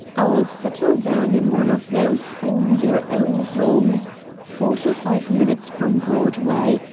i'll settle down in one of those own-your own-homes forty-five minutes from broadway,